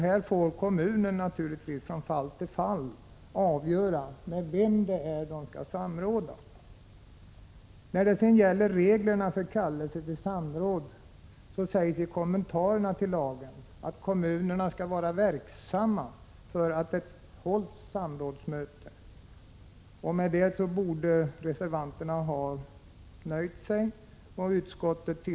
Här får kommunen från fall till fall Prot. 1986/87:36 avgöra med vem den skall samråda. 26 november 1986 När det gäller reglerna för kallelse till samråd sägs i kommentarerna till. TG oo lagen att kommunerna skall vara verksamma för att det hålls samrådsmöte. Med detta borde reservanterna ha nöjt sig. Fru talman!